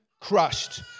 crushed